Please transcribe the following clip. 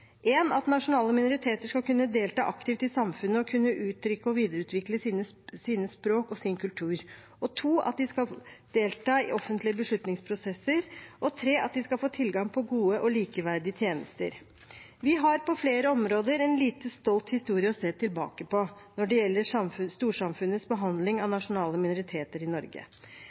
Nasjonale minoriteter skal kunne delta aktivt i samfunnet og kunne uttrykke og videreutvikle sine språk og sin kultur. Nasjonale minoriteter skal delta i offentlige beslutningsprosesser. Nasjonale minoriteter skal få tilgang på gode og likeverdige tjenester. Vi har på flere områder en lite stolt historie å se tilbake på når det gjelder storsamfunnets behandling av nasjonale minoriteter i Norge.